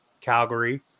Calgary